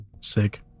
Sick